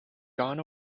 gone